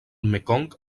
mekong